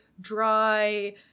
dry